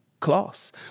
class